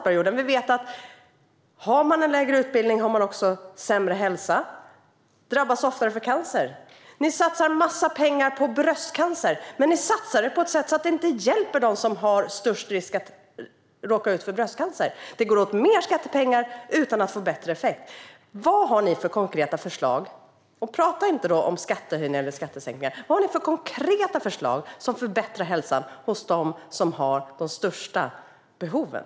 Har man lägre utbildning har man också sämre hälsa och drabbas oftare av cancer. Ni satsar massor av pengar på att bekämpa bröstcancer, men ni satsar dem så att det inte hjälper dem som löper störst risk att drabbas av bröstcancer. Det går åt mer skattepengar utan att det ger bättre effekt. Vad har ni för konkreta förslag - och prata inte om skattehöjningar eller skattesänkningar - som förbättrar hälsan hos dem som har de största behoven?